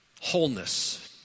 wholeness